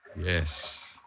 Yes